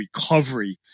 recovery